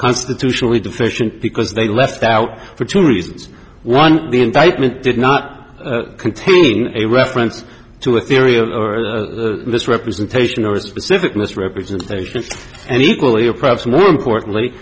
constitutionally deficient because they left out for two reasons one the indictment did not contain a reference to a theory of misrepresentation or specific misrepresentations and equally of perhaps more importantly